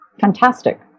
fantastic